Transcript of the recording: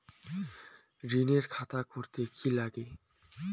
ঋণের খাতা করতে কি লাগে?